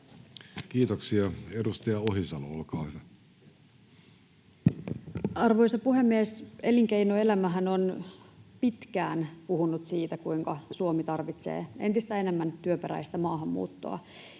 Kiitoksia. — Edustaja Ohisalo, olkaa hyvä. Arvoisa puhemies! Elinkeinoelämähän on pitkään puhunut siitä, kuinka Suomi tarvitsee entistä enemmän työperäistä maahanmuuttoa,